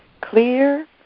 Clear